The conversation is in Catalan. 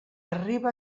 arriba